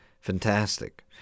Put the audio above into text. fantastic